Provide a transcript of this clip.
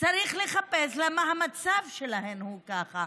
צריך לחפש למה המצב שלהן הוא ככה.